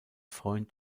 freund